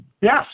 Yes